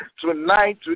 tonight